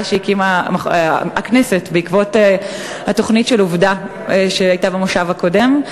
שהקימה הכנסת בעקבות תוכנית "עובדה" שהייתה במושב הקודם,